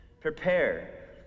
prepare